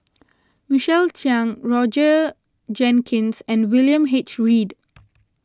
Michael Chiang Roger Jenkins and William H Read